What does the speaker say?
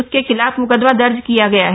उसके खिलाफ म्कदमा दर्ज किया गया है